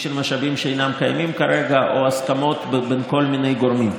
של משאבים שאינם קיימים כרגע או הסכמות בין כל מיני גורמים.